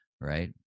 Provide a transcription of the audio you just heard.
Right